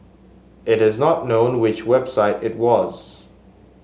it is not known which website it was